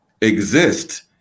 exist